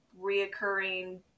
reoccurring